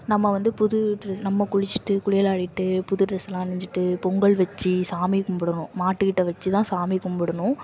நம்ம வந்து புது ட் நம்ம குளிச்சிட்டு குளியலாடிட்டு புது ட்ரெஸ்லாம் அணிஞ்சிகிட்டு பொங்கல் வச்சு சாமி கும்பிடுணும் மாட்டுக்கிட்ட வச்சுதான் சாமி கும்பிடுணும்